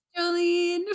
Jolene